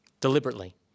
deliberately